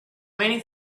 many